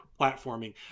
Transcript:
platforming